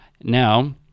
now